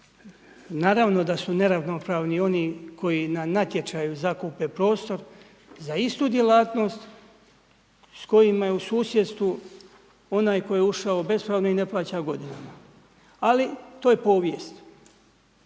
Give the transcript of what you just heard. naravno da su neravnopravni oni koji na natječaju zakupe prostor za istu djelatnost s kojima je u susjedstvu onaj koji je ušao bespravno i ne plaća godinama ali to je povijest.